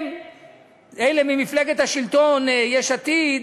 אלה ממפלגת השלטון, יש עתיד,